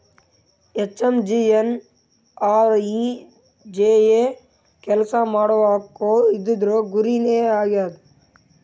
MGNREGA ಕೆಲ್ಸಾ ಮಾಡುವ ಹಕ್ಕು ಇದೂರ್ದು ಗುರಿ ನೇ ಆಗ್ಯದ